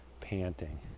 panting